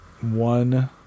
one